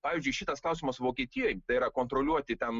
pavyzdžiui šitas klausimas vokietijoj tai yra kontroliuoti ten